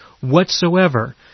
whatsoever